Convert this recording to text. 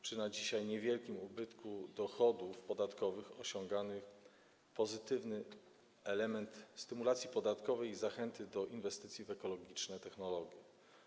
Przy na dzisiaj niewielkim ubytku dochodów podatkowych osiągamy pozytywny element w ramach stymulacji podatkowej i zachęt do inwestycji w ekologiczne technologie.